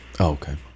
Okay